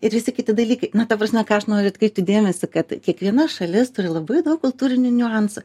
ir visi kiti dalykai na ta prasme ką aš noriu atkreipti dėmesį kad kiekviena šalis turi labai daug kultūrinių niuansų